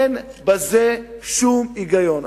אין בזה שום היגיון.